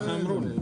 ככה אמרו לי.